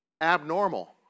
abnormal